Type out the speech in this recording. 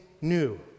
new